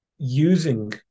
using